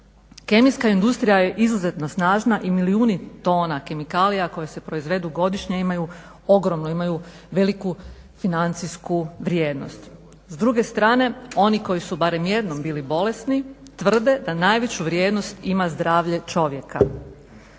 Kemijska industrija je izuzetno snažna i milijuni tona kemikalija koje se proizvedu godišnje imaju ogromnu, imaju veliku financijsku vrijednost. S druge strane, oni koji su barem jednom bili bolesni tvrde da najveći vrijednost ima zdravlje čovjeka.